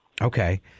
Okay